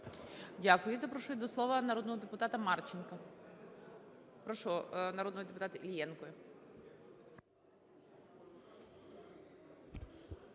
Дякую. І запрошую до слова народного депутата Марченка. Прошу, народний депутат Іллєнко.